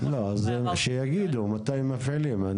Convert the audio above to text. שיגידו מתי מפעילים.